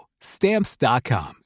Stamps.com